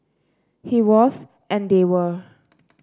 he was and they were